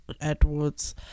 edwards